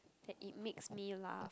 that it makes me laugh